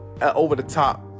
over-the-top